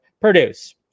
produce